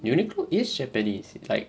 uniqlo is japanese like